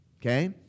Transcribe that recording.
Okay